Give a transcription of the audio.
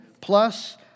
plus